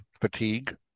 fatigue